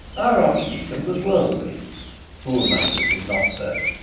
our archdeacon was worldly who among us is not so?